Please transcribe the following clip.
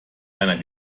einer